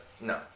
No